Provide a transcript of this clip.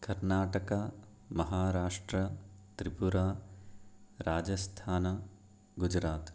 Karnataka Maharashtra Tripura Rajasthan Gujarat